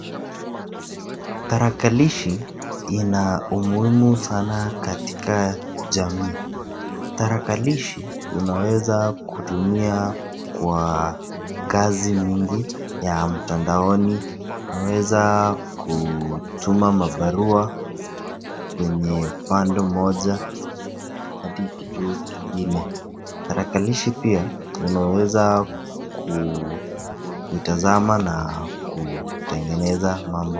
Tarakilishi ina umuhimu sana katika jamii. Tarakilishi unaweza kutumia kwa kazi mingi ya mtandaoni, unaweza kutuma mabarua kwenye upande mmoja hadi kituo kingine. Tarakilishi pia unaweza kutazama na kutengeneza mambo.